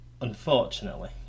unfortunately